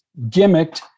gimmicked